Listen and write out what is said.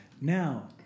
Now